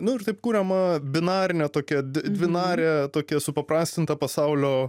nu ir taip kuriama binarinė tokia dvinarė tokia supaprastinta pasaulio